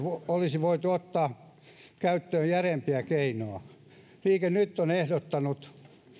olisi voitu ottaa käyttöön järeämpiä keinoja liike nyt on ehdottanut